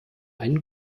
einen